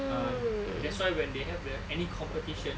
ah that's why when they have the any competitions